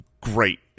great